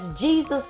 Jesus